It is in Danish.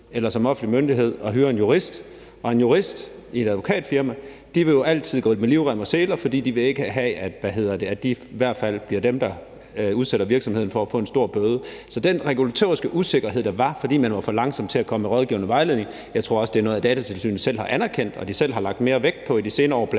eller som offentlig myndighed at hyre en jurist, og en jurist i et advokatfirma vil jo altid gå med livrem og seler, fordi de i hvert fald ikke vil have, at det bliver dem, der udsætter virksomheden for at få en stor bøde. Så den regulatoriske usikkerhed, der var, fordi man var for langsom til at komme med rådgivning og vejledning, tror jeg også er noget, Datatilsynet selv har anerkendt og selv har lagt mere vægt på i de senere år,